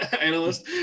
analyst